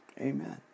Amen